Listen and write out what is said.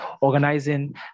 organizing